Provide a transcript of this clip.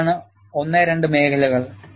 അതാണ് I II മേഖലകൾ